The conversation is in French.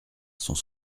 sont